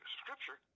scripture